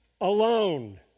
alone